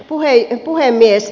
arvoisa puhemies